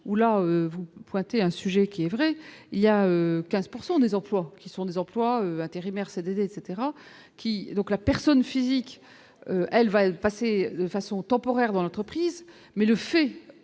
où là vous pointez un sujet qui est vrai, il y a 15 pourcent des emplois qui sont des emplois intérimaires, CDD etc, qui est donc la personne physique, elle va passer de façon temporaire dans l'entreprise, mais le fait